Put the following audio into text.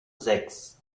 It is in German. sechs